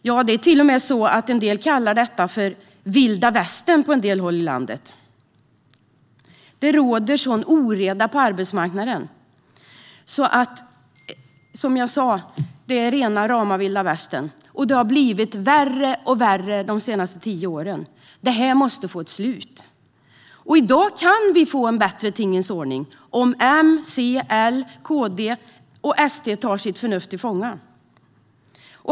Jo, det är till och med så att en del kallar detta för vilda västern på en del håll i landet. Det råder en sådan oreda på arbetsmarknaden att det är, som jag sa, rena rama vilda västern, och det har blivit värre och värre de senaste tio åren. Detta måste få ett slut. I dag kan vi få en bättre tingens ordning om M, C, L, KD och SD tar sitt förnuft till fånga.